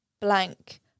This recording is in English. blank